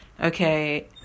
Okay